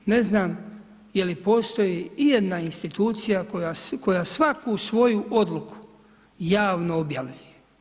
Ne znam, je li postoji ijedna institucija, koja svaku svoju odluku javno objavljuje.